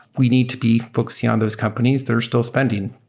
we need to be focusing on those companies that are still spending.